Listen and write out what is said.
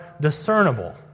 discernible